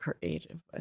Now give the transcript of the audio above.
creative